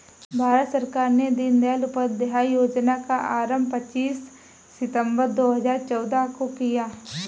भारत सरकार ने दीनदयाल उपाध्याय योजना का आरम्भ पच्चीस सितम्बर दो हज़ार चौदह को किया